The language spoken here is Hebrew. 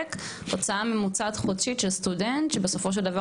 לספק הוצאה חודשית ממוצעת של סטודנט שבסופו של דבר